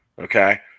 Okay